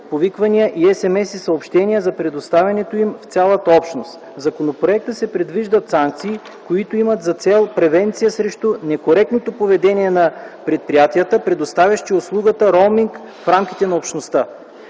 повиквания и SMS съобщения за предоставянето им в цялата Общност. В законопроекта се предвиждат санкции, които имат за цел превенция срещу некоректното поведение на предприятията, предоставящи услугата „роуминг” в рамките на Общността.